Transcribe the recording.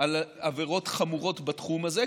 על עבירות חמורות בתחום הזה,